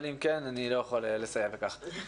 אם כן, אני לא יכול לסייע בכך.